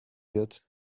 yet